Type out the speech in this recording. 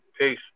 Peace